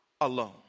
alone